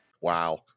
Wow